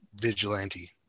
vigilante